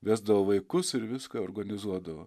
vesdavo vaikus ir viską organizuodavo